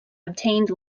obtained